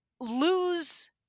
lose